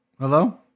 Hello